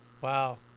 Wow